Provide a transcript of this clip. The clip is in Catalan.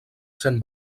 sent